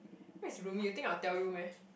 what is roomie you think I will tell you meh